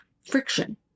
friction